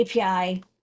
API